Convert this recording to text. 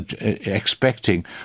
expecting